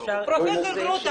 פרופסור גרוטו,